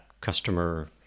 customer